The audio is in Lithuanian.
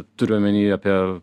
turiu omeny apie